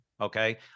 okay